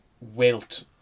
wilt